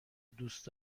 دوست